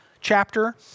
chapter